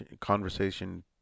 conversation